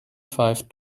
five